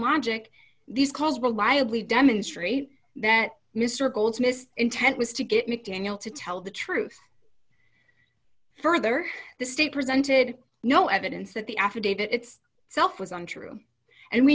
logic these calls reliably demonstrate that mr goldsmith's intent was to get mcdaniel to tell the truth further the state presented no evidence that the affidavit it's self was untrue and we